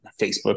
Facebook